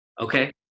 Okay